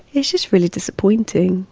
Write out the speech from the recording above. it's just really disappointing.